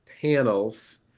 panels